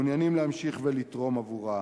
מעוניינים להמשיך ולתרום עבורה,